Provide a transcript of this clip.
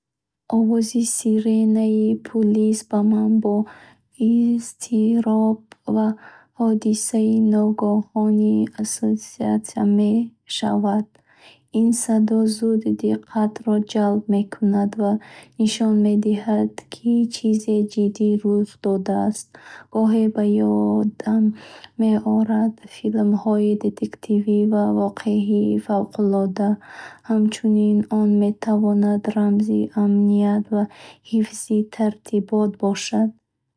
Овози сиренаи пулис ба ман бо изтироб ва ҳодисаи ногаҳонӣ ассоатсия мешавад. Ин садо зуд диққатро ҷалб мекунад ва нишон медиҳад, ки чизе ҷиддӣ рух додааст. Гоҳе ба ёдам меорад филмҳои детективӣ ё воқеаҳои фавқулода. Хачунин, он метавонад рамзи амният ва ҳифзи тартибот бошад